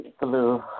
blue